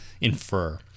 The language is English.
Infer